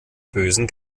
bösen